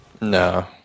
No